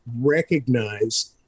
recognize